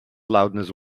loudness